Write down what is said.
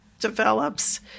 develops